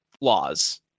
laws